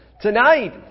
Tonight